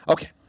Okay